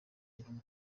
intumwa